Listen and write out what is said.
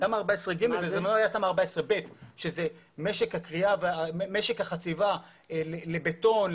--- הייתה תמ"א 14/ב שזה משק החציבה לבטון,